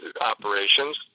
operations